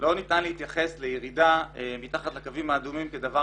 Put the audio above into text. לא ניתן להתייחס לירידה מתחת לקווים האדומים כדבר